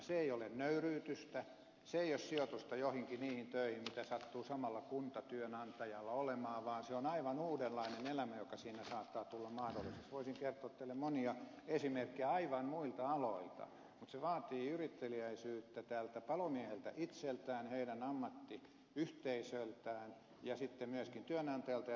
se ei ole nöyryytystä se ei ole sijoitusta joihinkin niihin töihin mitä sattuu samalla kuntatyönantajalla olemaan vaan se on aivan uudenlainen elämä joka siinä saattaa tulla mahdolliseksi voisin kertoa teille monia esimerkkejä aivan muilta aloilta mutta se vaatii yritteliäisyyttä tältä palomieheltä itseltään heidän ammattiyhteisöltään ja sitten myöskin työnantajalta ja työterveyspuolelta